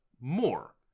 more